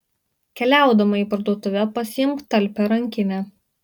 keliaudama į parduotuvę pasiimk talpią rankinę